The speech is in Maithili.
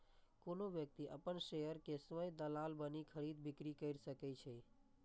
कोनो व्यक्ति अपन शेयर के स्वयं दलाल बनि खरीद, बिक्री कैर सकै छै